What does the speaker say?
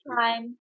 time